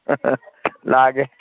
ꯂꯥꯛꯑꯒꯦ